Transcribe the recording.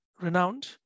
renowned